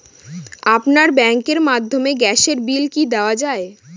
আপনার ব্যাংকের মাধ্যমে গ্যাসের বিল কি দেওয়া য়ায়?